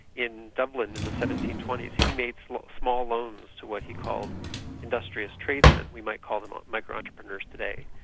in dublin in the seventeen twenty s, he made small loans to what he called industrious tradesmen we might call them micro-entrepreneurs today,